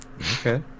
Okay